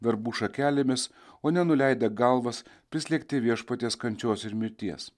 verbų šakelėmis o ne nuleidę galvas prislėgti viešpaties kančios ir mirties